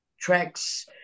tracks